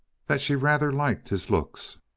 that she rather liked his looks,